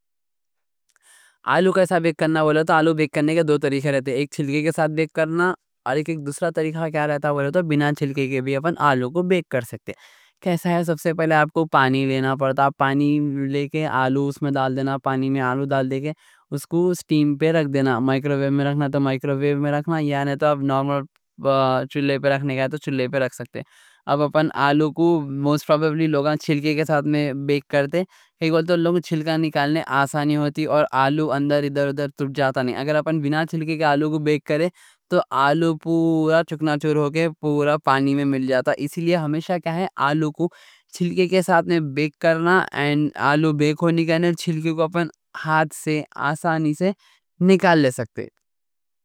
آلو کیسا بیک کرنا بولے تو آلو بیک کرنے کے دو طریقے رہتے ہیں۔ ایک چھلکے کے ساتھ بیک کرنا، اور ایک دوسرا طریقہ کیا رہتا، بینہ چھلکے کے بھی ہم آلو کو بیک کر سکتے ہیں۔ کیسا ہے، سب سے پہلے آپ کو پانی لینا پڑتا ہے۔ پانی لے کے آلو اس میں ڈال دینا۔ پانی میں آلو ڈال دے کے اس کو سٹیم پہ رکھ دینا، مائکروویو میں رکھنا، یعنی نورمال چولہے پر رکھنے کوں بھی رکھ سکتے ہیں۔ اب اپن آلو کو موسٹ پرابیولی لوگاں چھلکے کے ساتھ میں بیک کرتے ہیں۔ ایک بات تو، لوگاں کو چھلکا نکالنے آسانی ہوتی، اور آلو اندر اندر تب جاتا نہیں۔ اگر اپن بینہ چھلکے کے آلو کو بیک کریں تو آلو پورا چکنا چور ہو کے پورا پانی میں مل جاتا۔ اس لئے ہمیشہ کیا ہے، آلو کو چھلکے کے ساتھ میں بیک کرنا، اور آلو بیک ہونے کے لئے چھلکے کو ہاتھ سے آسانی سے نکال لے سکتے ہیں۔